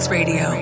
Radio